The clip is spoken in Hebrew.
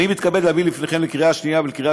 אני מתכבד להביא בפניכם לקריאה שנייה ולקריאה